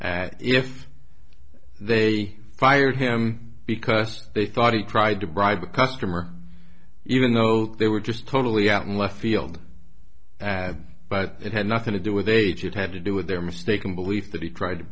if they fired him because they thought he tried to bribe a customer even though they were just totally out in left field but it had nothing to do with age it had to do with their mistaken belief that he tried to